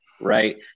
right